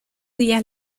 días